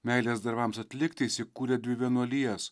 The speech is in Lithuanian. meilės darbams atlikti jis įkūrė dvi vienuolijas